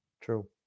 True